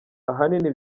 ahanini